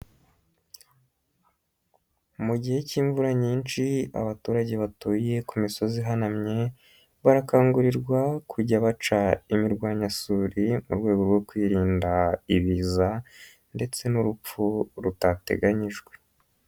Mu gihe cy'imvura nyinshi abaturage batuye ku misozi ihanamye, barakangurirwa kujya baca imirwanyasuri mu rwego rwo kwirinda ibiza ndetse n'urupfu rutateganyijwe.